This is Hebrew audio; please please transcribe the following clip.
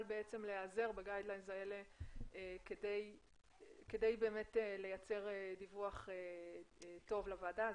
להיעזר בקווים המנחים האלה כדי לייצר דיווח טוב לוועדה.